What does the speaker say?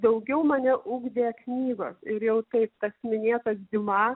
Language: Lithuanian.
daugiau mane ugdė knygos ir jau taip tas minėtas diuma